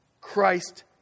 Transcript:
Christ